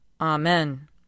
Amen